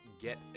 get